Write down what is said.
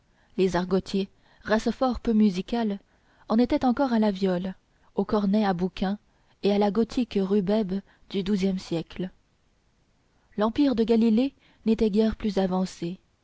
les argotiers race fort peu musicale en étaient encore à la viole au cornet à bouquin et à la gothique rubebbe du douzième siècle l'empire de galilée n'était guère plus avancé